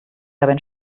dabei